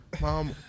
Mom